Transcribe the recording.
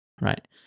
right